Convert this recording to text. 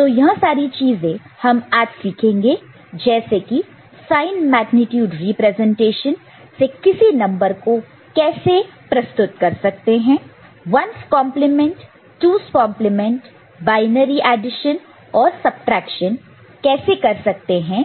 तो यह चीजें हम आज सीखेंगे जैसे कि साइन मेग्नीट्यूड रिप्रेजेंटेशन से किसी नंबर को कैसे प्रस्तुतरिप्रेजेंट represent कर सकते हैं 1's complement 1's complement 2's complement 2's complement binary addition और सबट्रैक्शन कैसे करते हैं